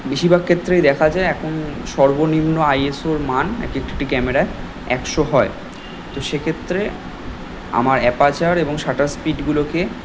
বেশি ভাগ ক্ষেত্রেই দেখা যায় এখন সর্বনিম্ন আই এস ওর মান এক একটি ক্যামেরায় একশো হয় তো সে ক্ষেত্রে আমার অ্যাপারচার এবং শাটার স্পিডগুলোকে